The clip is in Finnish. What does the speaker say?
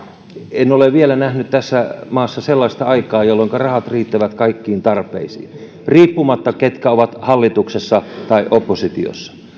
en ole vielä nähnyt tässä maassa sellaista aikaa jolloinka rahat riittävät kaikkiin tarpeisiin riippumatta siitä ketkä ovat hallituksessa tai oppositiossa